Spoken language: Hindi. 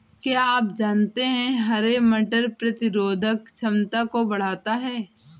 क्या आप जानते है हरे मटर प्रतिरोधक क्षमता को बढ़ाता है?